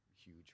huge